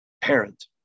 parent